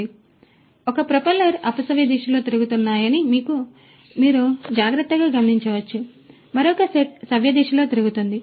మరియు ఒక ప్రొపెల్లర్ల అపసవ్య దిశలో తిరుగుతున్నాయని మీరు జాగ్రత్తగా గమనించవచ్చు మరొక సెట్ సవ్యదిశలో తిరుగుతోంది